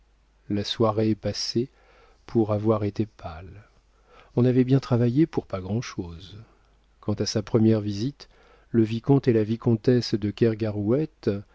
la soirée passait pour avoir été pâle on avait bien travaillé pour pas grand'chose quand à sa première visite le vicomte et la vicomtesse de